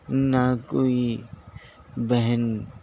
نہ کوئی بہن